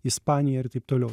ispaniją ir taip toliau